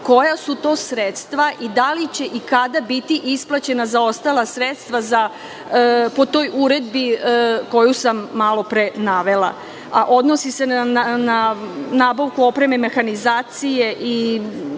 koja su to sredstva i da li će i kada biti isplaćena zaostala sredstva po toj uredbi koju sam malopre navela, a odnosi se na nabavku opreme, mehanizacije i